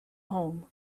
home